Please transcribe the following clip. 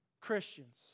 Christians